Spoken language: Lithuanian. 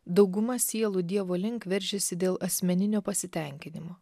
dauguma sielų dievo link veržiasi dėl asmeninio pasitenkinimo